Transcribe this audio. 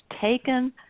taken